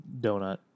donut